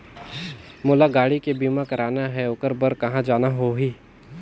मोला गाड़ी के बीमा कराना हे ओकर बार कहा जाना होही?